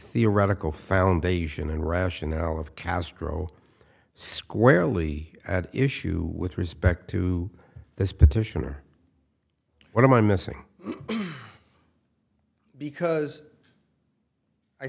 theoretical foundation and rationale of castro squarely at issue with respect to this petition or what am i missing because i